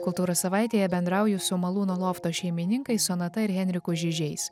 kultūros savaitėje bendrauju su malūno lofto šeimininkais sonata ir henriku žižiais